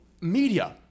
media